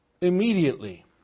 Immediately